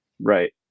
Right